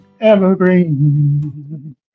evergreen